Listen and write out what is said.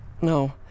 No